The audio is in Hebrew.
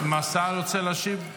השר רוצה להשיב?